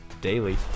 daily